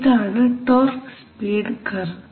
ഇതാണ് torque speed curve